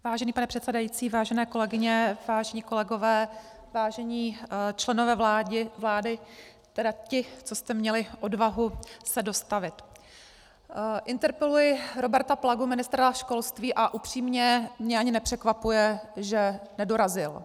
Vážený pane předsedající, vážené kolegyně, vážení kolegové, vážení členové vlády, tedy ti, co jste měli odvahu se dostavit, interpeluji Roberta Plagu, ministra školství, a upřímně mě ani nepřekvapuje, že nedorazil.